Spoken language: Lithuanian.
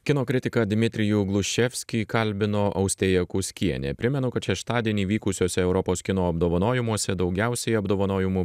kino kritiką dmitrijų gluščevskį kalbino austėja kuskienė primenu kad šeštadienį vykusiuose europos kino apdovanojimuose daugiausiai apdovanojimų